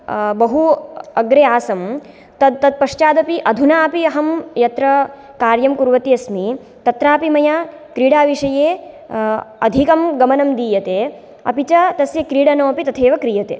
बहु अग्रे आसम् तत् तत् पश्चादपि अधुना अपि अहं यत्र कार्यं कुर्वती अस्मि तत्रापि मया क्रीडा विषये अधिकं गमनं दीयते अपि च तस्य क्रीडनमपि तथैव क्रियते